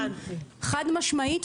חד משמעית,